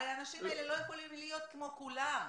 הרי האנשים האלה לא יכולים להיות כמו כולם,